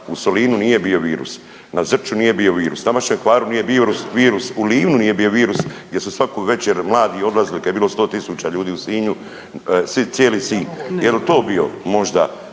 U Solinu nije bio virus, na Zrću nije bio virus, na vašem Hvaru nije bio virus, u Livnu nije bio virus gdje su svaku večer mladi odlazili kad je bilo 100.000 ljudi u Sinju, cijeli Sinj,